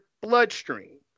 bloodstream